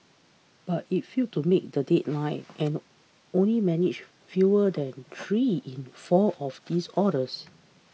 but it failed to meet the deadline and only managed fewer than three in four of these orders